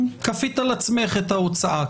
שכפית על עצמך את ההוצאה.